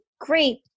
great